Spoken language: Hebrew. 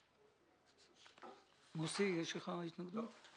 מוסי, יש לך שאלות?